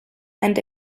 and